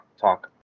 talk